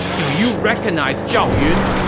do you recognize zhao yun!